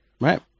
Right